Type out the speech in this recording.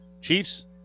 Chiefs